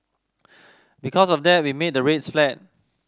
because of that we made the rates flat